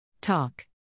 Talk